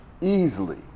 easily